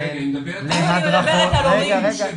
אני מדברת על הורים.